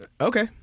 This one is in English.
okay